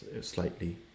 slightly